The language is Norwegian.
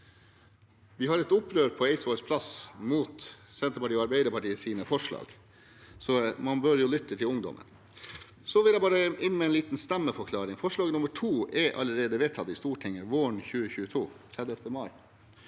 De har et opprør på Eidsvolls plass mot Senterpartiet og Arbeiderpartiets forslag, og man bør lytte til ungdommen. Så vil jeg inn med en liten stemmeforklaring. Forslag nr. 2 er allerede vedtatt i Stortinget våren 2022 – 31. mai